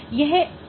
यह U का आलेख है